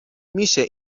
میشه